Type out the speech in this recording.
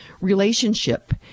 relationship